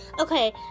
Okay